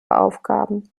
aufgaben